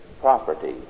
property